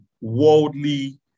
worldly